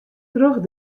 troch